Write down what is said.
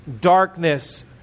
darkness